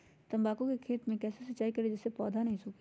तम्बाकू के खेत मे कैसे सिंचाई करें जिस से पौधा नहीं सूखे?